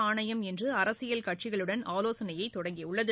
ஆணையம் இன்று அரசியல் கட்சிகளுடன் ஆலோசனையை தொடங்கியுள்ளது